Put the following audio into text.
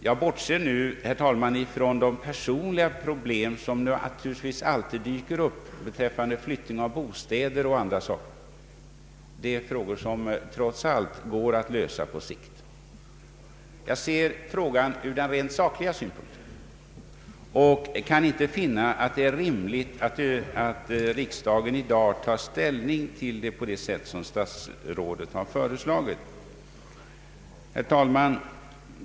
Jag bortser nu, herr talman, från de personliga problem som naturligtvis alltid dyker upp i samband med flyttning till andra bostäder — sådana problem går det trots allt att lösa på sikt. Jag ser frågan från den rent sakliga synpunkten, och jag kan inte finna det rimligt att riksdagen i dag tar ställning därtill på det sätt som statsrådet har föreslagit. Herr talman!